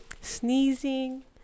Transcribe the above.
Sneezing